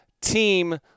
team